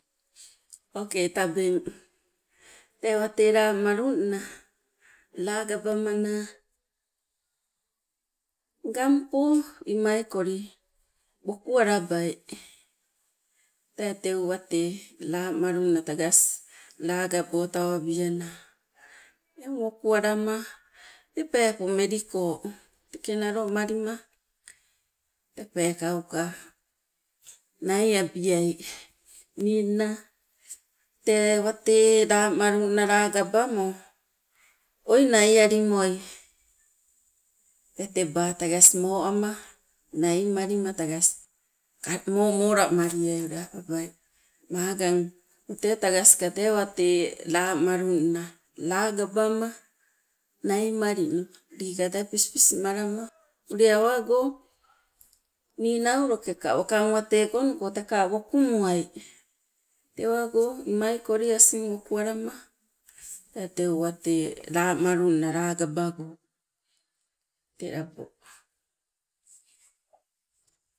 Okei tabeng tee wate lamalunna langabamana ngangpo imaikoli woku walabai, tee teu wate lamalunna tagas lagabo tawabiana eng wokualama te peepo meliko teke nalo malima tee pekauka naiabiai. Ninna tee wate lamalunna lagabo oi naialimoi tee teba tagas moama naimalima tagas ka- momola maliai, apabai magang o tee ka tagas wate lamalunna lagabama naimalino ningka tee pispis malama, ule awago ninauloke wakang wate konuko teka wokumuwai. Tewago imaikoli asing wokuwalama tee teu wate lamalunna lagabago. Te labo.